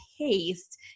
taste